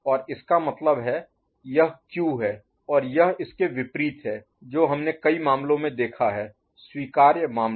और इसका मतलब है यह Q है और यह इसके विपरीत है जो हमने कई मामलों में देखा है स्वीकार्य मामले